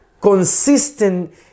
consistent